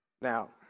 Now